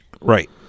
Right